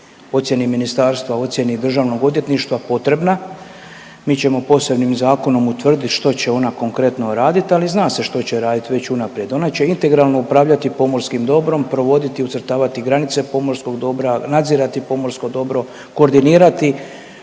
ocjeni ministarstva, ocjeni državnog odvjetništva potrebna. Mi ćemo posebnim zakonom utvrditi što će ona konkretno raditi, ali zna se što će radit već unaprijed. Ona će integralno upravljati pomorskim dobrom, provoditi i ucrtavati granice pomorskog dobra, nadzirati pomorsko dobro, koordinirati